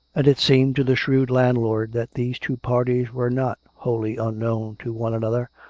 and it seemed to the shrewd landlord that these two parties were not wholly unknown to one another,